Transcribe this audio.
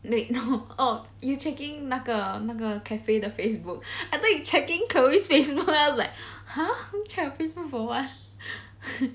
wait now oh you checking 那个那个 cafe the facebook I thought you checking chloe's facebook then I was like !huh! check her facebook for what